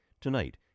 Tonight